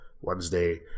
wednesday